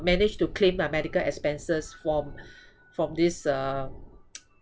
managed to claim my medical expenses from from this uh